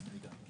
אגב.